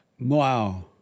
Wow